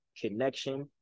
connection